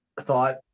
thought